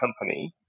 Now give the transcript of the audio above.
company